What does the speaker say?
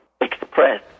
express